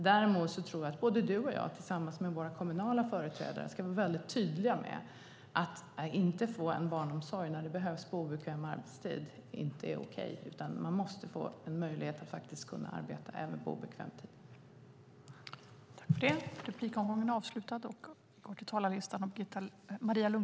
Däremot tror jag att både du och jag tillsammans med våra kommunala företrädare ska vara väldigt tydliga med att det inte är okej att inte få barnomsorg på obekväm arbetstid när det behövs. Man måste få en möjlighet att arbeta även på obekväm tid.